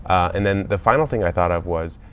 and then the final thing i thought of was,